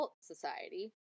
society